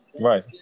Right